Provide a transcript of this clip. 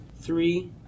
Three